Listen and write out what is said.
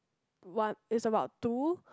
one is about two